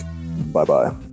bye-bye